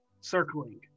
circling